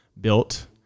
built